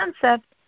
concept